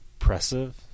impressive